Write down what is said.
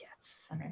Yes